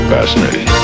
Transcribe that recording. Fascinating